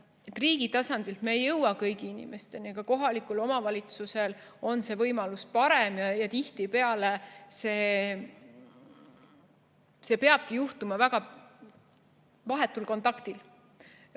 riigi tasandil me ei jõua kõigi inimesteni. Kohalikul omavalitsusel on see võimalus parem ja tihtipeale see peabki juhtuma vahetu kontakti